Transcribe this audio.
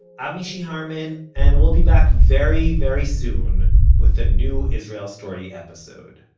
i'm mishy harman, and we'll be back very very soon with a new israel story episode.